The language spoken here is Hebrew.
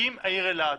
אם העיר אלעד,